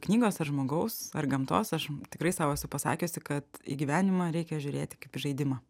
knygos ar žmogaus ar gamtos aš tikrai sau esu pasakiusi kad į gyvenimą reikia žiūrėti kaip į žaidimą